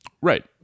Right